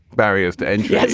barriers to entry